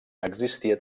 existia